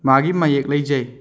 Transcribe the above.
ꯃꯥꯒꯤ ꯃꯌꯦꯛ ꯂꯩꯖꯩ